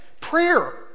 Prayer